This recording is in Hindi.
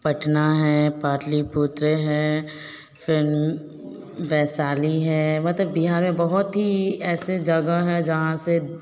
पटना है पाटलिपुत्र है वैशाली है मतलब बिहार में बहुत ही ऐसे जगह हैं जहाँ से